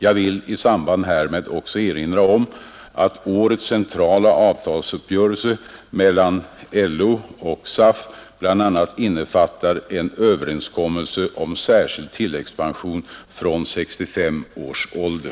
Jag vill i samband härmed också erinra om att årets centrala avtalsuppgörelse mellan LO och SAF bl.a. innefattar en överenskommelse om särskild tilläggspension från 65 års ålder.